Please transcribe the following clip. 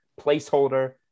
placeholder